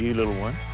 little one?